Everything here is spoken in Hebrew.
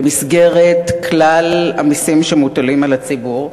במסגרת כלל המסים שמוטלים על הציבור,